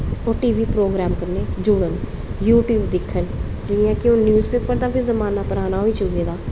ओह् T V program कन्नै जुड़न यूटयूब दिक्खन जि'यां कि हून न्यूज पेपर दा बी जमाना पराना होई चुके दा